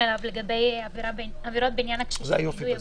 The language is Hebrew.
אליו לגבי עבירות בהקשר של יידוי אבנים.